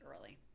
early